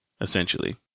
essentially